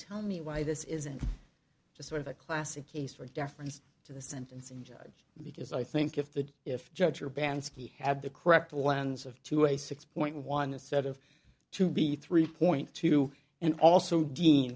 tell me why this isn't just sort of a classic case for deference to the sentencing judge because i think if the if judge your band ski had the correct lens of to a six point one a set of to be three point two and also dean